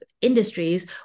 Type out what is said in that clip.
industries